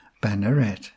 banneret